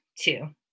Two